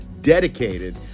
dedicated